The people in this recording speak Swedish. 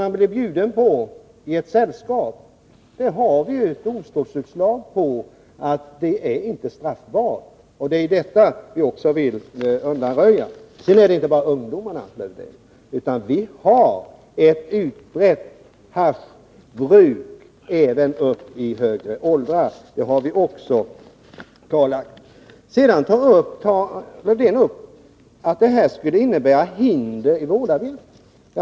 Men vi har domstolsutslag på att det inte är straffbart att röka hasch som man blir bjuden på i ett sällskap. Detta vill vi undanröja. Sedan gäller inte detta bara ungdomarna, Lars-Erik Lövdén, utan vi har ett utbrett haschbruk även upp i högre åldrar. Det har vi också klarlagt. Sedan anför Lars-Erik Lövdén att ett genomförande av våra förslag skulle innebära hinder i vårdarbetet.